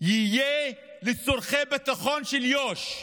יהיה לצורכי ביטחון של יו"ש.